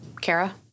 Kara